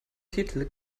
titel